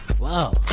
Wow